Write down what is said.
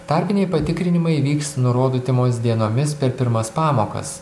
tarpiniai patikrinimai vyks nurodytomuos dienomis per pirmas pamokas